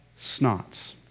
Snots